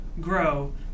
grow